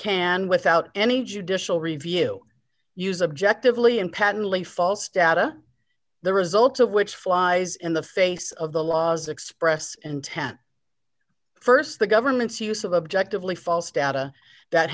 can without any judicial review use objective liam patently false data the results of which flies in the face of the law's expressed intent st the government's use of objectively false data that